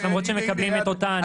למרות שהם מקבלים את אותה ההנחה.